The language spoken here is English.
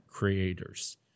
Creators